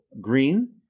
green